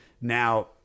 Now